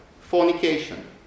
fornication